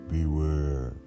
Beware